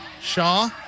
Shaw